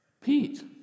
Pete